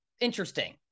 interesting